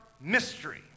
mystery